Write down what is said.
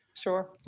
Sure